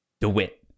DeWitt